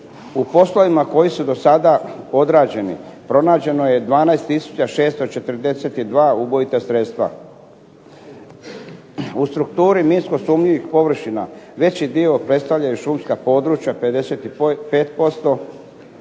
U poslovima koji su do sada odrađeni pronađeno je 12 tisuća 642 ubojita sredstva. U strukturi minsko sumnjivih površina veći dio predstavljaju šumska područja 55%,